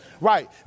Right